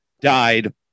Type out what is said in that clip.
died